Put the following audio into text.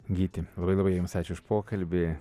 gyti labai labai jums ačiū už pokalbį